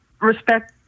respect